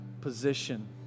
position